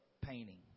painting